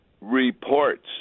reports